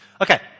Okay